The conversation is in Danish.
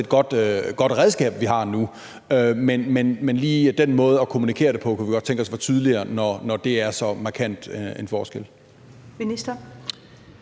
et godt redskab, vi har nu. Men den måde lige at kommunikere det på kunne vi godt tænke os var tydeligere, når det er så markant en forskel.